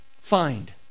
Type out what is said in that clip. find